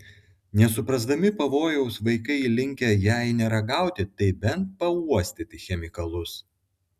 nesuprasdami pavojaus vaikai linkę jei ne ragauti tai bent pauostyti chemikalus